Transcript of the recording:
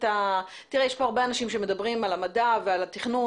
כאן הרבה אנשים שמדברים על המדע ועל התכנון